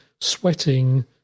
sweating